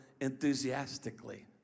enthusiastically